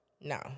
No